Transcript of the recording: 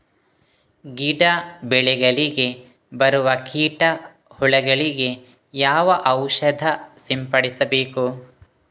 ಗಿಡ, ಬೆಳೆಗಳಿಗೆ ಬರುವ ಕೀಟ, ಹುಳಗಳಿಗೆ ಯಾವ ಔಷಧ ಸಿಂಪಡಿಸಬೇಕು?